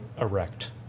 erect